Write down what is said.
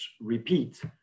repeat